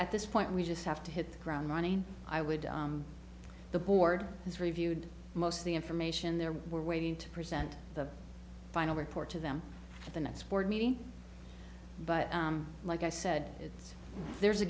at this point we just have to hit the ground running i would the board has reviewed most of the information there were waiting to present the final report to them at the next board meeting but like i said it's there's a